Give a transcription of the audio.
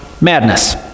Madness